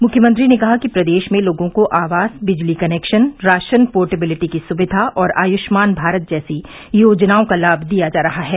मुख्यमंत्री ने कहा कि प्रदेश में लोगों को आवास बिजली कनेक्शन राशन पोर्टेबिलिटी की सुविधा और आयुष्मान भारत जैसी योजनाओं का लाम दिया जा रहा है